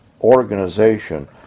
organization